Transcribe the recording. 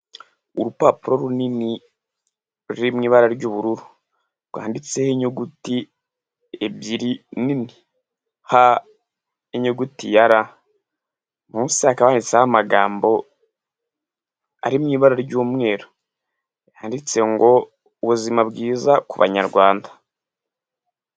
Urupapuro runini ruri mu ibara ry'ubururu rwanditseho inyuguti ebyiri nini H n'inyuguti ya R. Munsi hakaba handitseho amagambo ari mu ibara ry'umweru, handitse ngo: "Ubuzima bwiza ku Banyarwanda".